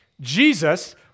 Jesus